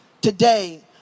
today